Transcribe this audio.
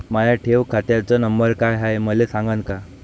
माया ठेव खात्याचा नंबर काय हाय हे मले सांगान का?